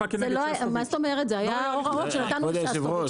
שהיו כבר הליכי אכיפה כנגד שסטוביץ.